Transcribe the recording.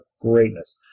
Greatness